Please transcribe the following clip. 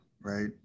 right